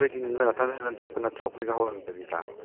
ꯅꯣꯏꯗꯤ ꯅꯊꯟ ꯅꯊꯟ ꯆꯠꯄ ꯅꯠꯇ꯭ꯔꯣ ꯑꯩꯈꯣꯏꯒ ꯍꯧꯔꯝꯗꯕꯤꯗ